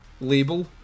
label